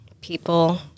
people